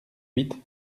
huit